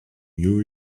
new